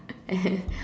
and